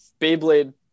Beyblade